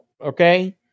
okay